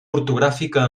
ortogràfica